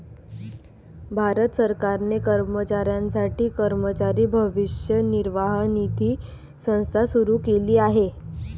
भारत सरकारने कर्मचाऱ्यांसाठी कर्मचारी भविष्य निर्वाह निधी संस्था सुरू केली आहे